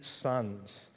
sons